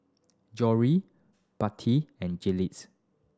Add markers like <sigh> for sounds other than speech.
Jory <unintelligible> and Jiles